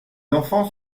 enfant